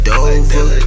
Dover